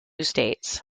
states